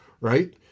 right